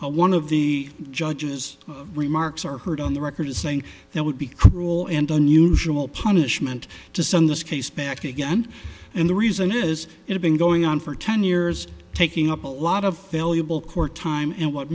judge one of the judges remarks are heard on the record saying there would be cruel and unusual punishment to send this case back again and the reason is it's been going on for ten years taking up a lot of valuable court time and what